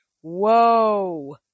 Whoa